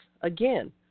again